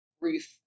Ruth